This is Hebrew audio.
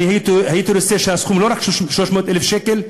אני הייתי רוצה שהסכום, לא רק 300,000 שקל.